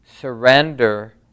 surrender